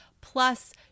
plus